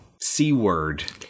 C-word